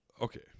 okay